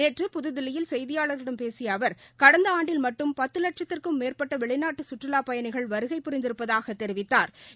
நேற்று புதுதில்லியில் செய்தியாளர்களிடம் பேசிய அவர் கடந்த ஆண்டில் மட்டும் பத்து வட்சத்திற்கும் மேற்பட்ட வெளிநாட்டு சுற்றுலாப் பயணிகள் வருமை புரிந்திருப்பதாகத் தெரிவித்தாா்